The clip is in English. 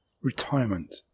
Retirement